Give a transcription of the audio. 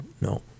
No